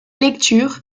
lecture